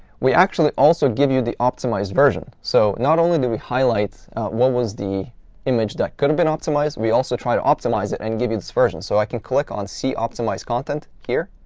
we actually also give you the optimized version. so not only do we highlight what was the image that could have been optimized, we also try to optimize it and give you this version. so i can click on see optimized content here,